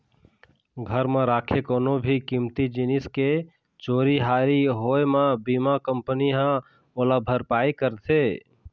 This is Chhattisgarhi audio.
घर म राखे कोनो भी कीमती जिनिस के चोरी हारी होए म बीमा कंपनी ह ओला भरपाई करथे